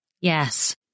Yes